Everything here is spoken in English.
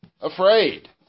afraid